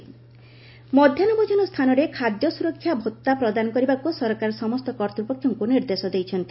food security allowance ମଧ୍ୟାହ୍ନ ଭୋଜନ ସ୍ଥାନରେ ଖାଦ୍ୟସୁରକ୍ଷା ଭତ୍ତା ପ୍ରଦାନ କରିବାକୁ ସରକାର ସମସ୍ତ କର୍ତ୍ତୃପକ୍ଷଙ୍କୁ ନିର୍ଦ୍ଦେଶ ଦେଇଛନ୍ତି